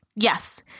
Yes